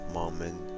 moment